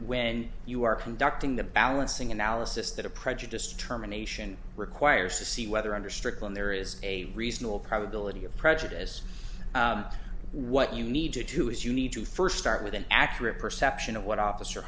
when you are conducting the balancing analysis that a prejudice determination requires to see whether under strickland there is a reasonable probability of prejudice what you need to do is you need to first start with an accurate perception of what officer